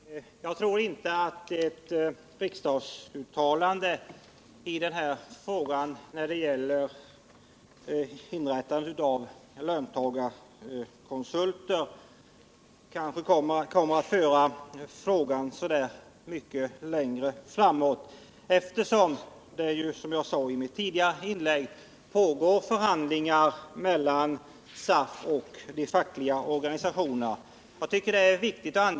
Herr talman! Jag tror inte att ett riksdagsuttalande om inrättandet av löntagarkonsulter kan föra den här frågan så mycket längre framåt, då det — som jag sade i mitt tidigare anförande — pågår förhandlingar mellan SAF och de fackliga organisationerna.